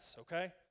okay